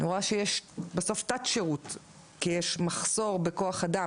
אני רואה שיש בסוף תת-שירות כי יש מחסור בכוח אדם.